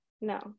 No